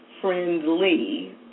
friendly